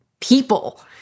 people